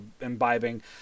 imbibing